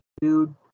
dude